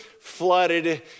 flooded